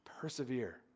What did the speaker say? Persevere